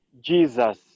Jesus